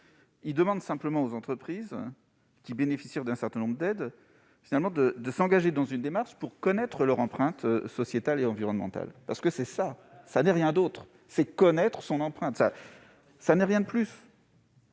Ils demandent simplement aux entreprises qui bénéficient d'un certain nombre d'aides de s'engager dans une démarche pour connaître leur empreinte sociétale et environnementale. Ce n'est rien d'autre que connaître son empreinte, rien de plus